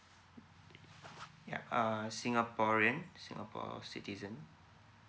yeah singaporean singapore citizen